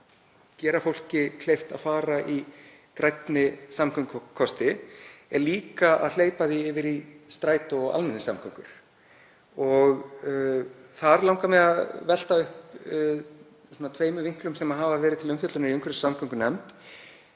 gera fólki kleift að fara í grænni samgöngukosti er líka að hleypa því yfir í strætó og almenningssamgöngur. Þar langar mig að velta upp tveimur vinklum sem hafa verið til umfjöllunar í umhverfis- og samgöngunefnd